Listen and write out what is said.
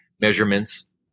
measurements